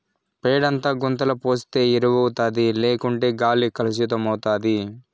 పేడంతా గుంతల పోస్తే ఎరువౌతాది లేకుంటే గాలి కలుసితమైతాది